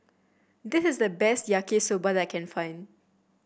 this is the best Yaki Soba I can find